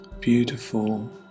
beautiful